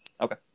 Okay